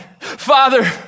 Father